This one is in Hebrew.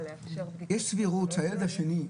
יש סבירות שהילד השני,